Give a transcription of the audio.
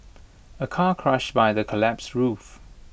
A car crushed by the collapsed roof